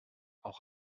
auch